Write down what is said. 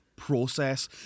Process